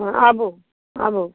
हँ आबू आबू